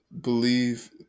believe